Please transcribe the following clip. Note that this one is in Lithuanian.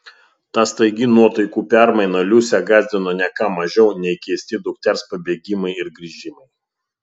ta staigi nuotaikų permaina liusę gąsdino ne ką mažiau nei keisti dukters pabėgimai ir grįžimai